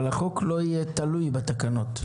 אבל החוק לא יהיה תלוי בתקנות.